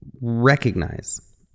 recognize